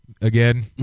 again